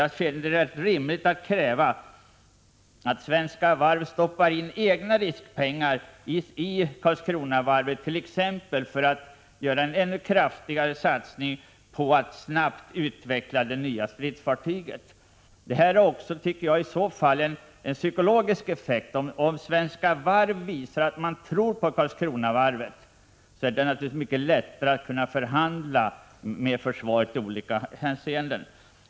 Jag finner det rimligt att Svenska Varv stoppar in egna riskpengar i Karlskronavarvet t.ex. för att göra en ännu kraftigare satsning på att snabbt utveckla det nya stridsfartyget. Det har i så fall också en psykologisk positiv effekt om Svenska Varv visar att man tror på Karlskronavarvet. Då är det naturligtvis mycket lättare att förhandla med försvaret i olika hänseenden.